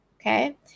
okay